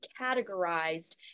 categorized